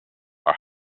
are